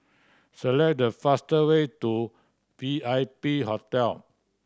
select the faster way to V I P Hotel